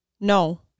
no